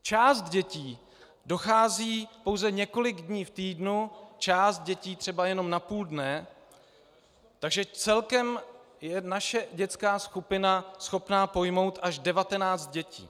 Část dětí dochází pouze několik dní v týdnu, část dětí třeba jenom na půl dne, takže celkem je naše dětská skupina schopna pojmout až 19 dětí.